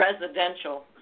residential